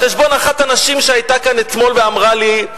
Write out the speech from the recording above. על חשבון אחת הנשים שהיתה כאן אתמול ואמרה לי: